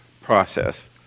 process